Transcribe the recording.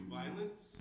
violence